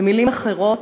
במילים אחרות,